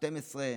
12,